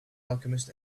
alchemist